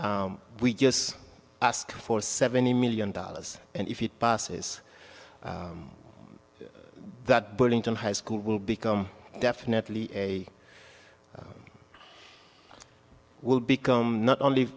we just ask for seventy million dollars and if it passes that burlington high school will become definitely a will become not only